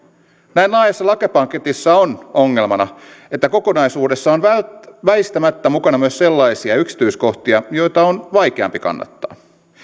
näin laajassa lakipaketissa on ongelmana että kokonaisuudessa on väistämättä mukana myös sellaisia yksityiskohtia joita on vaikeampi kannattaa